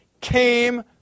came